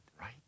right